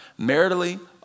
maritally